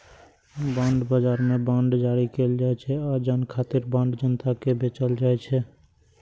bond बाजार मे bond जारी कैल जाइ छै आ धन खातिर बांड जनता कें बेचल जाइ छै